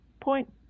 point